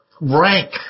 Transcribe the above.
rank